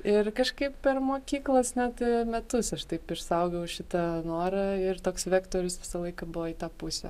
ir kažkaip per mokyklos net metus aš taip išsaugojau šitą norą ir toks vektorius visą laiką buvo į tą pusę